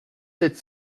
sept